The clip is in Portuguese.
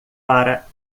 para